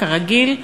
כרגיל,